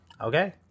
okay